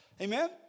Amen